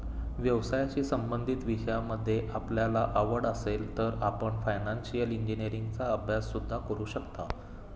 व्यवसायाशी संबंधित विषयांमध्ये आपल्याला आवड असेल तर आपण फायनान्शिअल इंजिनीअरिंगचा अभ्यास सुद्धा करू शकता